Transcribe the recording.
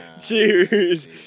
Cheers